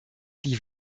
die